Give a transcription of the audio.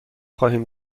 خواهیم